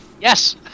yes